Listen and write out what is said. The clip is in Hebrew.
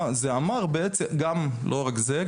לא רק זה,